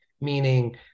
meaning